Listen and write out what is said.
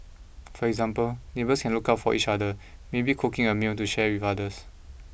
for example neighbours can look out for each other maybe cooking a meal to share with others